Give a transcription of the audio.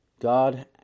God